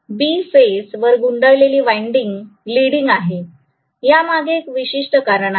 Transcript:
B phase वर गुंडाळलेली winding leading आहे यामागे एक विशिष्ट कारण आहे